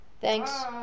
Thanks